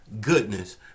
goodness